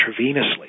intravenously